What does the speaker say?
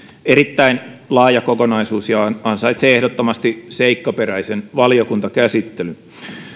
erittäin laaja kokonaisuus ja ansaitsee ehdottomasti seikkaperäisen valiokuntakäsittelyn